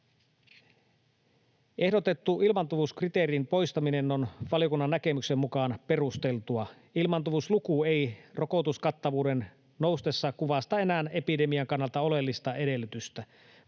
Ehdotettu ilmaantuvuuskriteerin poistaminen on valiokunnan näkemyksen mukaan perusteltua. Ilmaantuvuusluku ei rokotuskattavuuden noustessa kuvasta enää epidemian kannalta oleellista edellytystä.